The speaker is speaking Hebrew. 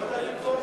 ואתה תמכור אותן.